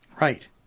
Right